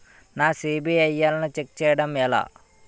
నా సిబిఐఎల్ ని ఛెక్ చేయడం ఎలా?